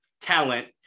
talent